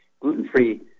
gluten-free